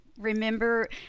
remember